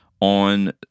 on